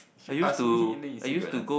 you ask me and then you say got